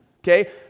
Okay